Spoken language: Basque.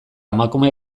emakume